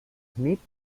smith